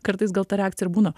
kartais gal ta reakcija ir būna